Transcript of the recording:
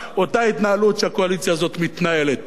אותה התנהלות שהקואליציה הזאת מתנהלת בה.